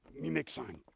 me make sign.